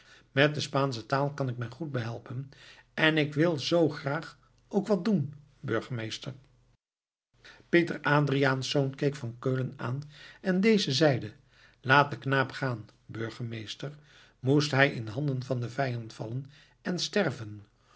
met de spaansche taal kan ik mij goed behelpen en ik wil zoo graag ook wat doen burgemeester pieter adriaensz keek van keulen aan en deze zeide laat den knaap gaan burgemeester moest hij in handen van den vijand vallen en sterven